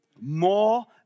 more